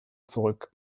zurück